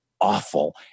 awful